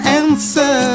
answer